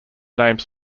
names